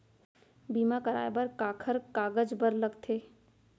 बीमा कराय बर काखर कागज बर लगथे?